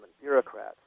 bureaucrats